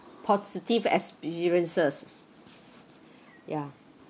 positive experiences yeah